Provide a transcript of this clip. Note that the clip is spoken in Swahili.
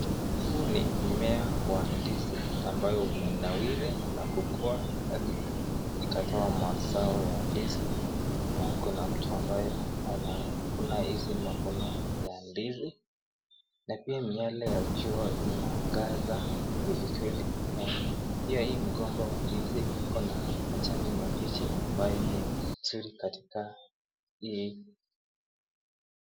Huu ni mmea Wa ndizi ambao umenawiri na kukuwa Hadi ikatoa mazao ya ndizi. Na Kuna mtu ambaye anavuna hizi mavuno ya ndizi . Na pia miale ya jua inaangaza kwelikweli . Pia hii mgomba Wa ndizi Iko na majani mabichi ambayo imesiri katika hii.